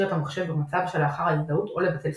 את המחשב במצב שלאחר ההזדהות או לבטל סיסמה.